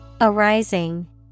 Arising